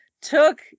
took